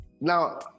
Now